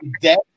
dead